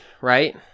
right